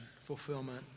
fulfillment